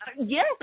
Yes